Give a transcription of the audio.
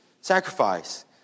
sacrifice